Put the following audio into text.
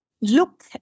look